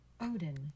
Odin